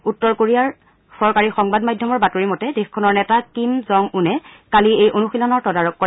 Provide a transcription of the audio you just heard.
উত্তৰ কোৰিয়াৰ চৰকাৰী সংবাদ মাধ্যমৰ বাতৰি মতে দেশখনৰ নেতা কিম জং উনে কালি এই অনুশীলনৰ তদাৰক কৰে